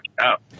out